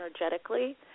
energetically